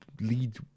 lead